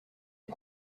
des